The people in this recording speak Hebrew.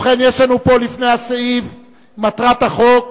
ובכן, יש לנו פה לפני הסעיף, מטרת החוק.